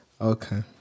Okay